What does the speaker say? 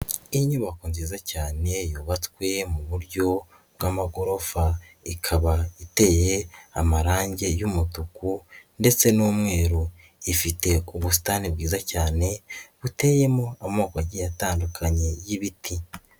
Inyubako nziza cyane yubatswe mu buryo bw'amagorofa ikaba iteye amarange y'umutuku ndetse n'umweru, ifite ubusitani bwiza cyane buteyemo amoko agiye atandukanye y'ibiti.